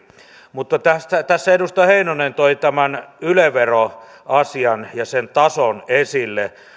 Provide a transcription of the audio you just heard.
mutta tässä edustaja heinonen toi tämän yle veroasian ja sen tason esille